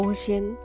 Ocean